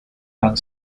han